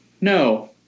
no